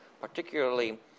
particularly